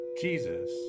Jesus